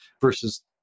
versus